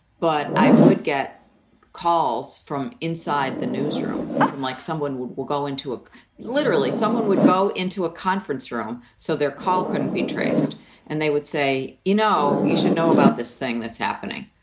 but i would get calls from inside the newsroom from like someone would would go into a literally someone would go into a conference room. so their call couldn't be traced and they would say, you know, you should know about this thing that's happening.